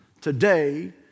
Today